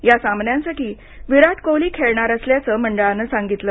या सामन्यांसाठी विराट कोहली खेळणार असल्याचं मंडळानं सांगितलं